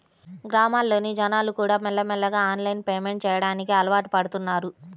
గ్రామాల్లోని జనాలుకూడా మెల్లమెల్లగా ఆన్లైన్ పేమెంట్ చెయ్యడానికి అలవాటుపడుతన్నారు